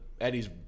Eddie's